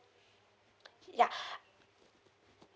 yeah